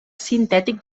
sintètic